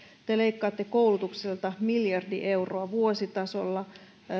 te leikkaatte koulutuksesta miljardi euroa vuositasolla